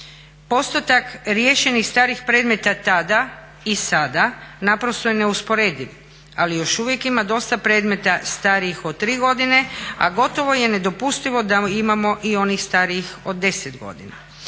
Postotak riješenih starih predmeta tada i sada naprosto je neusporediv, ali još uvijek ima dosta predmeta starijih od 3 godine, a gotovo je nedopustivo da imamo i onih starijih od 10 godina.